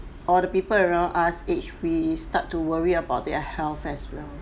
all the people around us age we start to worry about their health as well